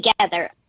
together